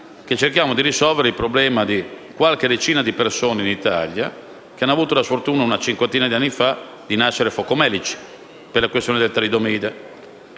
che cerchiamo di risolvere il problema di poche decine di persone in Italia che hanno avuto la sfortuna, circa cinquant'anni fa, di nascere focomelici per la questione del talidomide.